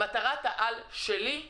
מטרת העל שלי היא